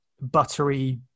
buttery